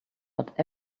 but